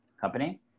company